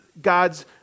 God's